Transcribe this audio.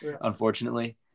unfortunately